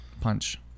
Punch